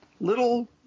little